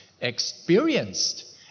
experienced